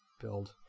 build